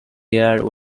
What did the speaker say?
there